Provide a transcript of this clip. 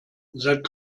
seit